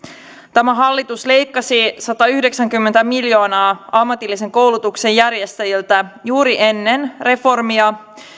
tämä hallitus leikkasi satayhdeksänkymmentä miljoonaa euroa ammatillisen koulutuksen järjestäjiltä juuri ennen reformia